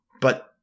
But-